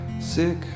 sick